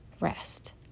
rest